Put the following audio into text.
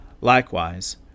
Likewise